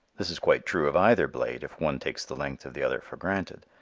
this is quite true of either blade if one takes the length of the other for granted,